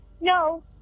No